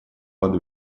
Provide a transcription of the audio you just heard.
под